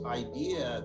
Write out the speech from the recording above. idea